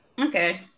Okay